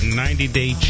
90-Day